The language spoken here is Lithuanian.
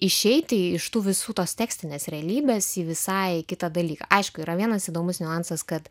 išeiti iš tų visų tos tekstinės realybės į visai kitą dalyką aišku yra vienas įdomus niuansas kad